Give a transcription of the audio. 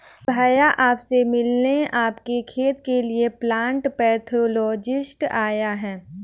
भैया आप से मिलने आपके खेत के लिए प्लांट पैथोलॉजिस्ट आया है